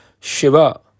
Shiva